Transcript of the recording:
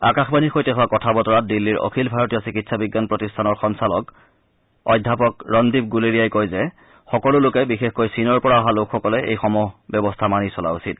আকাশবাণীৰ সৈতে হোৱা কথাবতৰাত দিল্লীৰ অখিল ভাৰতীয় চিকিৎসাবিজ্ঞান প্ৰতিষ্ঠানৰ সঞ্চালক অধ্যাপক ৰনদীপ গুলেৰিয়াই কয় যে সকলো লোকে বিশেষকৈ চীনৰ পৰা অহা লোকসকলে এইসমূহ ব্যৱস্থা মানি চলা উচিত